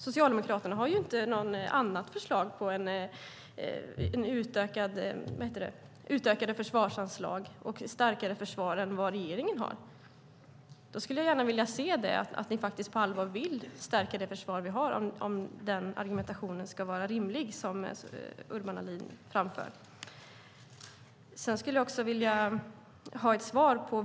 Socialdemokraterna har inget förslag på utökade försvarsanslag och ett starkare försvar. Om Urban Ahlins argumentation ska vara rimlig måste ni på allvar visa att ni vill stärka vårt svenska försvar.